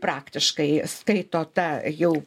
praktiškai skaito ta jau